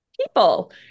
People